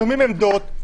שומעים עמדות,